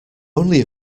only